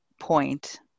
point